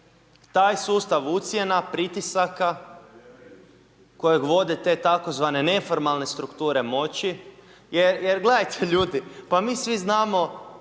Taj sustav ucjena, pritisaka, kojeg vode te tzv. neformalne strukture moć, jer gledajte ljudi, pa mi svi znamo